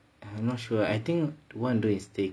I'm not sure I think two hundred is staycation you know